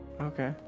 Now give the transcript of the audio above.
Okay